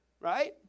right